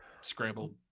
scrambled